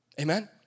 amen